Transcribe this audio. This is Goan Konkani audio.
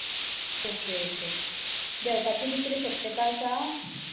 ओके ओके देंवपाची बी कितें शक्यताय आसा